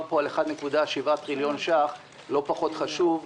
פה על 1.7 טריליון ש"ח לא פחות חשובה,